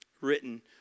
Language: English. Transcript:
Written